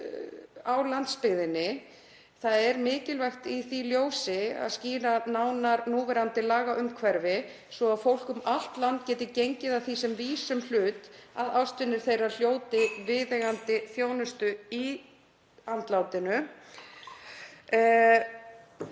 á landsbyggðinni. Það er mikilvægt í því ljósi að skýra nánar núverandi lagaumhverfi svo að fólk um allt land geti gengið að því sem vísum hlut, að ástvinir þeirrar hljóti viðeigandi þjónustu í andlátinu.